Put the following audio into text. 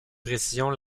précision